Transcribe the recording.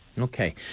Okay